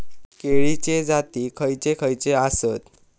केळीचे जाती खयचे खयचे आसत?